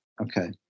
Okay